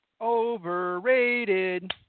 Overrated